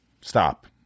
Stop